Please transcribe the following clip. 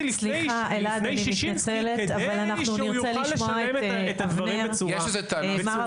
לפני שישינסקי כדי שהוא יוכל לשלם את הדברים בצורה --- סליחה,